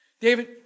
David